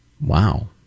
Wow